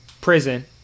Prison